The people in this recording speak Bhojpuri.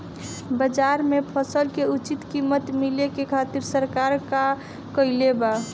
बाजार में फसल के उचित कीमत मिले खातिर सरकार का कईले बाऽ?